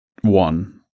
one